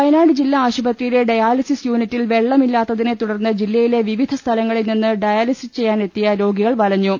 വയനാട് ജില്ലാ ആശുപത്രിയിലെ ഡയാലിസിസ് യുണിറ്റിൽ വെള്ളമില്ലത്തിനെ തുടർന്ന് ജില്ലയിലെ വിവിധ സ്ഥലങ്ങളിൽ നിന്ന് ഡയാലിസിസ് ചെയ്യാൻ എത്തിയ രോഗികൾ വലഞ്ഞു